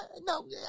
no